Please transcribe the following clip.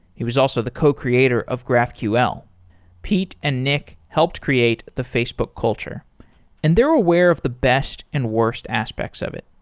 he was also the co-creator of graphql. pete and nick helped create the facebook culture and they're aware of the best and worst aspects of it.